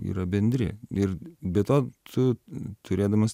yra bendri ir be to tu turėdamas